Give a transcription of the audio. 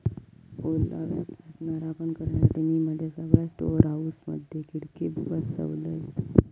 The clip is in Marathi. ओलाव्यापासना राखण करण्यासाठी, मी माझ्या सगळ्या स्टोअर हाऊसमधे खिडके बसवलय